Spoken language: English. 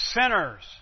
sinners